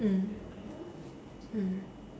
mm mm